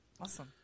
Awesome